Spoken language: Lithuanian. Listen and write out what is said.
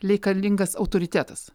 leikalingas autoritetas